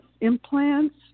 implants